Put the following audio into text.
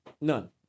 None